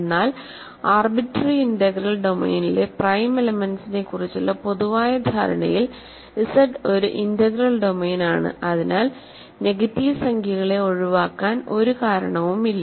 എന്നാൽ arbitrary integral ഡൊമെയ്നിലെ prime എലെമെന്റ്സ്സിനെക്കുറിച്ചുള്ള പൊതുവായ ധാരണയിൽ Z ഒരു ഇന്റഗ്രൽ ഡൊമെയ്നാണ് അതിനാൽ നെഗറ്റീവ് സംഖ്യകളെ ഒഴിവാക്കാൻ ഒരു കാരണവുമില്ല